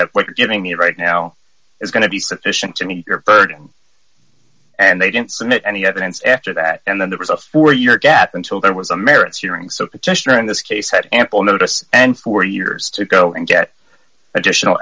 that what you're giving me right now is going to be sufficient to meet your burden and they didn't submit any evidence after that and then there was a four year gap until there was a merits hearing so petitioner in this case had ample notice and four years to go and get additional